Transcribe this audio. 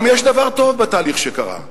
גם יש דבר טוב בתהליך שקרה.